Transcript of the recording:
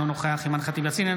אינו נוכח אימאן ח'טיב יאסין,